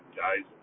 guys